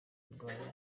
y’indwara